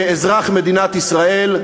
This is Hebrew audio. כאזרח מדינת ישראל,